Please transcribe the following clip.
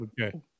okay